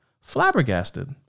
Flabbergasted